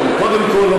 אותנו בממשלה?